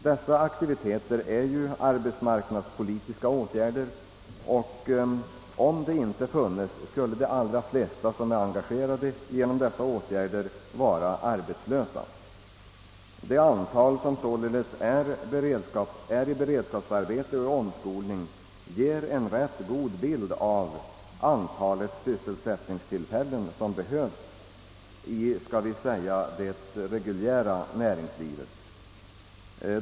Dessa aktiviteter är ju arbetsmarknadspolitiska åtgärder, och om de inte funnes skulle de allra flesta som är engagerade genom dessa åtgärder vara arbetslösa. Det antal personer som är i beredskapsarbete och under omskolning ger en god bild av hur många sysselsättningstillfällen som behövs i vad vi väl kan kalla för det reguljära näringslivet.